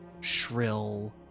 shrill